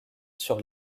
sur